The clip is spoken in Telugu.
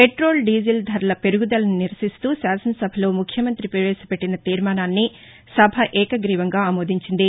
పెట్రోల్ దీజిల్ ధరల పెరుగుదలను నిరసిస్తూ శాసనసభలో ముఖ్యమంత్రి ప్రవేశపెట్టిన తీర్మానాన్ని సభ ఏకగ్రీవంగా ఆమోదించింది